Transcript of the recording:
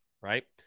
right